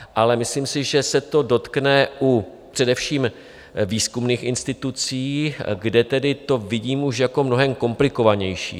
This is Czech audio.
Ale myslím si, že se to dotkne především výzkumných institucí, kde tedy to vidím už jako mnohem komplikovanější.